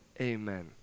Amen